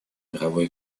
мировой